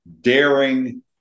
daring